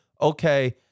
okay